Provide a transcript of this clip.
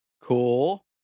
Cool